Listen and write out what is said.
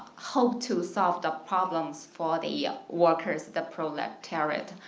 hope to solve the problems for the workers the proletariat.